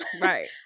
Right